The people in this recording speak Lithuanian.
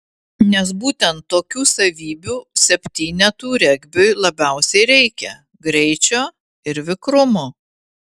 nes būtent tokių savybių septynetų regbiui labiausiai reikia greičio ir vikrumo